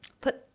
put